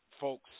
folks